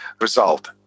result